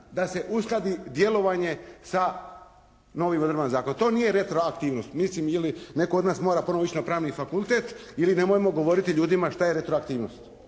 da se uskladi djelovanje sa novim odredbama zakona. To nije retroaktivnost, mislim. Ili netko od nas mora ponovo ići na pravni fakultet ili nemojmo govoriti ljudima šta je retroaktivnost.